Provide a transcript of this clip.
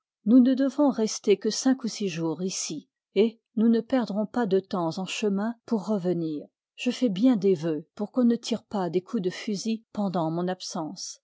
nous ne dei vons rester que cinq ou six jours ici et nous ne perdrons pas de temps en chemin pour reyenir je fais bien des vœux pour qu'on ne tire pas des coups de fusil r part pendant mon absence